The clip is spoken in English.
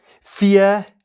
fear